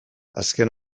azken